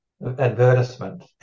advertisement